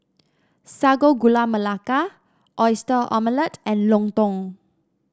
Sago Gula Melaka Oyster Omelette and lontong